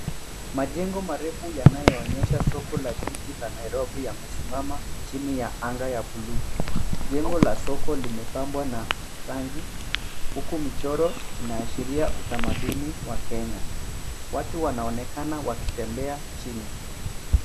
Majengo marefu yanayoonyesha soko la jiji la Nairobi yamesimama chini ya anga ya buluu. Jengo la soko limepambwa na rangi huku michoro inaashiria utamaduni wa Kenya. Watu wanaonekana wakitembea chini.